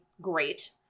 great